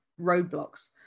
roadblocks